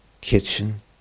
kitchen